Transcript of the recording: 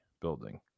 building